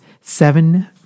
seven